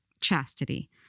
chastity